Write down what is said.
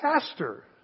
pastor